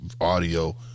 audio